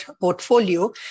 portfolio